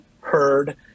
heard